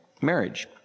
marriage